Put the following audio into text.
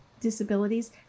disabilities